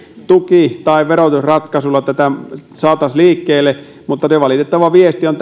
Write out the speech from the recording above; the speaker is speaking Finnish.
tuki tai verotusratkaisuilla tätä saataisiin liikkeelle mutta valitettavasti siitä tälläkin hetkellä viesti on